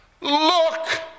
look